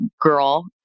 girl